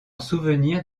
souvenir